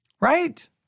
Right